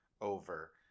over